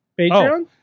Patreon